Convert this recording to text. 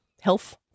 health